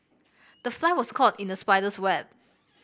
the fly was caught in the spider's web